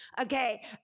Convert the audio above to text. Okay